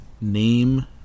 Name